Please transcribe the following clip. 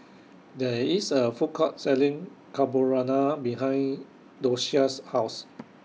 There IS A Food Court Selling Carbonara behind Doshia's House